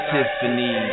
Tiffany